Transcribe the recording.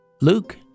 Luke